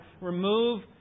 remove